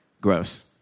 gross